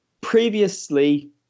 previously